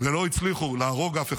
ולא הצליחו להרוג אף אחד,